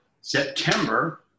September